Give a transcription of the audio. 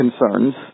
concerns